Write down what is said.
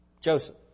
Joseph